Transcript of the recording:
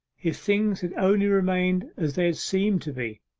if things had only remained as they seemed to be,